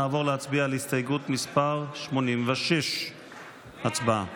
נעבור להצביע על הסתייגות מס' 86. הצבעה.